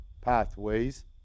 pathways